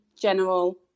general